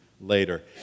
later